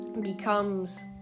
becomes